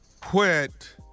Quit